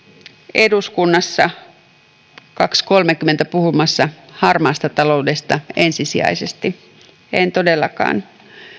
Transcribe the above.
eduskunnassa kello kaksi kolmessakymmenessä puhumassa harmaasta taloudesta ensisijaisesti en todellakaan